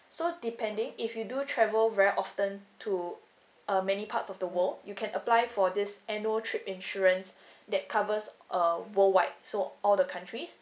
so depending if you do travel very often to uh many parts of the world you can apply for this annual trip insurance that covers uh worldwide so all the country